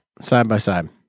side-by-side